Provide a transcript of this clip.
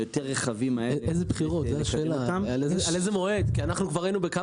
על איזה מועד מדברים?